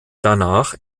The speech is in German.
danach